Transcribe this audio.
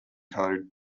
code